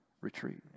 retreat